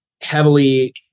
heavily